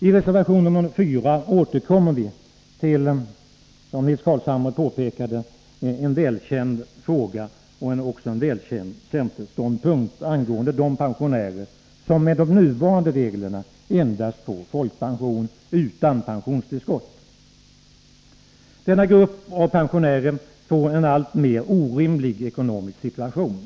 I reservation 4 återkommer vi till, som Nils Carlshamre påpekade, en välkänd fråga — och också en välkänd centerståndpunkt angående de pensionärer som med nuvarande regler endast får folkpension utan pensionstillskott. Denna grupp av pensionärer får en alltmer orimlig ekonomisk situation.